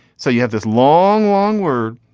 so you have this long long word.